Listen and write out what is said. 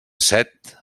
set